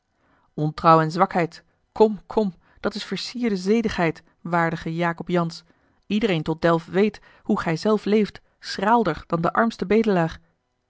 ontrouw en zwakheid kom kom dat is versierde zedigheid waardige jacob jansz iedereen tot delft weet hoe gij zelf leeft schraalder dan de armste bedelaar